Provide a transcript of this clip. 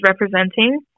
representing